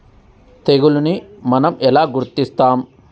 తెగులుని మనం ఎలా గుర్తిస్తాము?